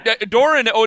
Doran